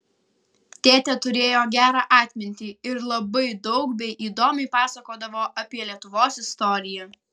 tėtė turėjo gerą atmintį ir labai daug bei įdomiai pasakodavo apie lietuvos istoriją